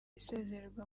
isezererwa